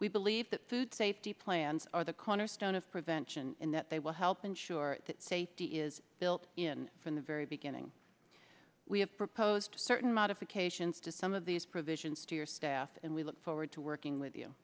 we believe that food safety plans are the cornerstone of prevention in that they will help ensure that safety is built in from the very beginning we have proposed certain my of occasions to some of these provisions to your staff and we look forward to working with you